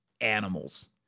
animals